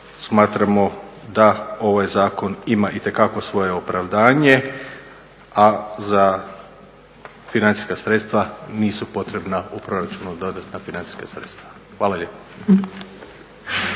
smatramo da ovaj zakon ima itekako svoje opravdanje a za financijska sredstva nisu potrebna u proračunu dodatna financijska sredstva. Hvala lijepo.